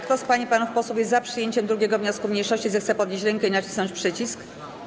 Kto z pań i panów posłów jest za przyjęciem 2. wniosku mniejszości, zechce podnieść rękę i nacisnąć przycisk.